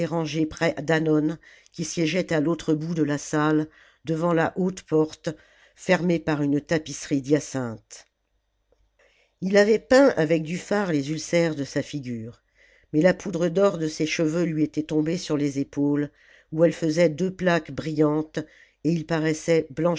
près d'hannon qui siégeait à l'autre bout de la salle devant la haute porte fermée par une tapisserie d'hyacinthe il avait peint avec du fard les ulcères de sa figure mais la poudre d'or de ses cheveux lui était tombée sur les épaules où elle faisait deux plaques brillantes et ils paraissaient